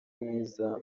mwiza